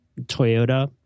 Toyota